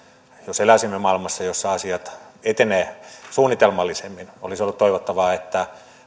jos eläisimme maailmassa jossa asiat etenisivät suunnitelmallisemmin että